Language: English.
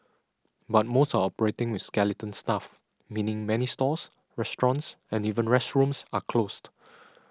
but most are operating with skeleton staff meaning many stores restaurants and even restrooms are closed